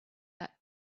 that